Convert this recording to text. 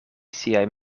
siaj